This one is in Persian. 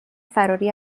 فراری